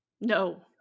No